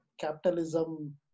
capitalism